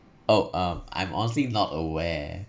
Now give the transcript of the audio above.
oh um I'm honestly not aware